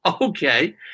okay